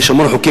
יש המון חוקים,